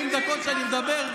אחרי 40 דקות שאני מדבר,